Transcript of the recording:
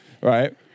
right